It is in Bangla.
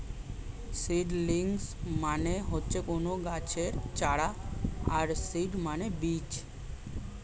সিডলিংস মানে হচ্ছে কোনো গাছের চারা আর সিড মানে বীজ